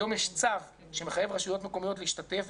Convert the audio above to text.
היום יש צו שמחייב רשויות מקומיות להשתתף,